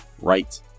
right